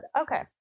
okay